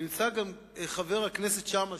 ונמצא גם חבר הכנסת שאמה,